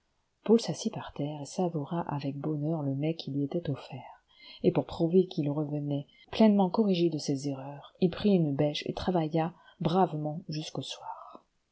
paul s'assit par terre savoura avec bonheur le mets qui lui était offert et pour prouver qu'il revenait pleinement corrigé de ses erreurs il prit une bêche et travailla bravcmeni jusqu'au soir